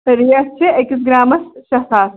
rate چھِ أکِس گرٛامَس شےٚ ساس